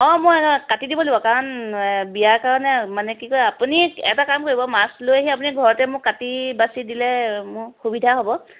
অঁ মই কাটি দিব লাগিব কাৰণ বিয়াৰ কাৰণে মানে কি কয় আপুনি এটা কাম কৰিব মাছ লৈ আহি আপুনি ঘৰতে মোক কাটি বাছি দিলে মোৰ সুবিধা হ'ব